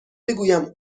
بگویم